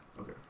Okay